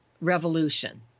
revolution